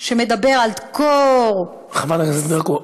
שמדבר על "דקור -- חברת הכנסת ברקו,